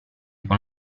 con